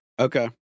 Okay